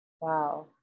Wow